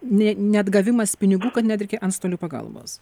ne neatgavimas pinigų kad net reikia antstolių pagalbos